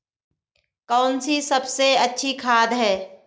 कौन सी सबसे अच्छी खाद है?